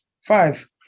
Five